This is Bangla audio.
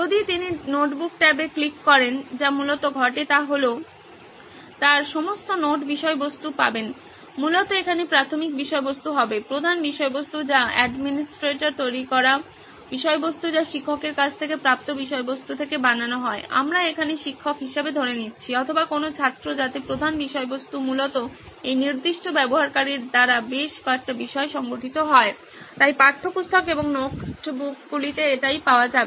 যদি তিনি নোটবুক ট্যাবে ক্লিক করেন যা মূলত ঘটে তা হল তার সমস্ত নোট বিষয়বস্তু পাবেন মূলত এখানে প্রাথমিক বিষয়বস্তু হবে প্রধান বিষয়বস্তু যা প্রশাসকের তৈরি করা বিষয়বস্তু যা শিক্ষকের কাছ থেকে প্রাপ্ত বিষয়বস্তু থেকে বানানো হয় আমরা এখানে শিক্ষক হিসেবে ধরে নিচ্ছি অথবা কোন ছাত্র যাতে প্রধান বিষয়বস্তু মূলত এই নির্দিষ্ট ব্যবহারকারীর দ্বারা বেশ কয়েকটি বিষয়ে সংগঠিত হয় তাই পাঠ্যপুস্তক এবং নোটবুকগুলিতে এটাই পাওয়া যাবে